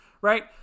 Right